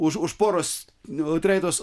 už už poros treitos